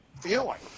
feeling